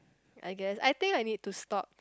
I guess I think I need to stop